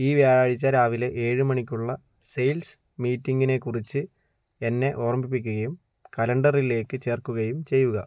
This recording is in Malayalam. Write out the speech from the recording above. ഈ വ്യാഴാഴ്ച രാവിലെ ഏഴ് മണിക്കുള്ള സെയിൽസ് മീറ്റിങ്ങിനെക്കുറിച്ച് എന്നെ ഓർമ്മിപ്പിക്കുകയും കലണ്ടറിലേക്ക് ചേർക്കുകയും ചെയ്യുക